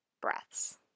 breaths